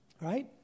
right